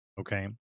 Okay